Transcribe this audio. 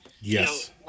yes